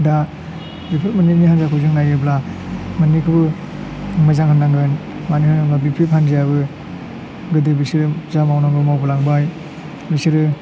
दा बेफोर मोननैनि हान्जाखौ जों नायोब्ला मोननैखौबो मोजां होननांगोन मानोना होनोबा बिपिएफ हान्जायाबो गोदो बिसोरो जा मावनांगौ मावलांबाय बिसोरो